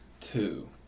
two